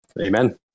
Amen